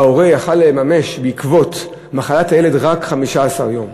ההורה יכול היה לממש עקב מחלת הילד רק 15 יום.